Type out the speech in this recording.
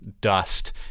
dust